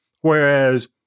whereas